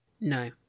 No